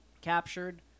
Captured